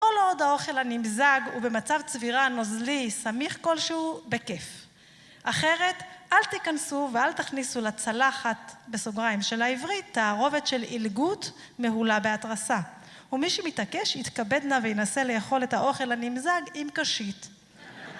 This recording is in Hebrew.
כל עוד האוכל הנמזג הוא במצב צבירה נוזלי, סמיך כלשהו, בכיף. אחרת, אל תיכנסו ואל תכניסו לצלחת, בסוגריים, של העברית, תערובת של עילגות, מהולה בהתרסה. ומי שמתעקש, יתכבד נא וינסה לאכול את האוכל הנמזג, עם קשית.